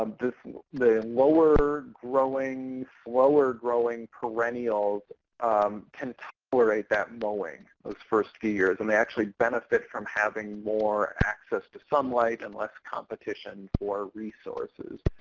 um the lower growing, slower growing perennials can tolerate that mowing those first few years, and they actually benefit from having more access to sunlight and less competition for resources.